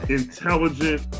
intelligent